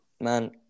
man